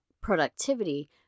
productivity